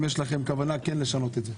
אם יש לכם כוונה כן לשנות את זה.